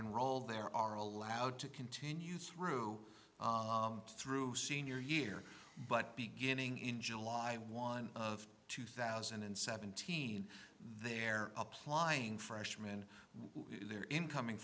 enrolled there are allowed to continue through through senior year but beginning in july one of two thousand and seventeen they're applying freshman to their incoming